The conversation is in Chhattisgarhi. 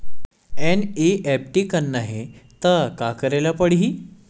एन.ई.एफ.टी करना हे त का करे ल पड़हि?